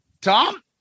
Tom